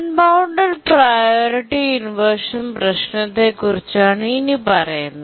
unbounded priority inversion പ്രശ്നത്തെക്കുറിച്ചാണ് ഇനിപ്പറയുന്നത്